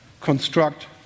Construct